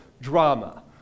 drama